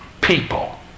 people